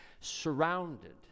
surrounded